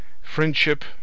Friendship